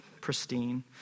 pristine